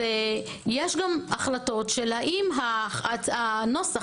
יש גם החלטות של האם הנוסח,